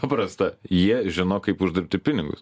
paprasta jie žino kaip uždirbti pinigus